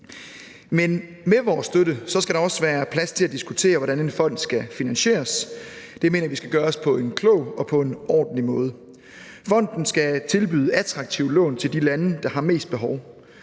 Men med vores støtte skal der også være plads til at diskutere, hvordan en fond skal finansieres. Det mener vi skal gøres på en klog og ordentlig måde. Fonden skal tilbyde attraktive lån til de lande, der har mest behov.